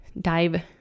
dive